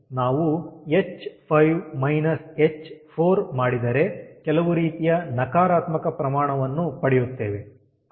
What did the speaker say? ನಾವು h5 h4 ಮಾಡಿದರೆ ಕೆಲವು ರೀತಿಯ ನಕಾರಾತ್ಮಕ ಪ್ರಮಾಣವನ್ನು ಪಡೆಯುತ್ತೇವೆ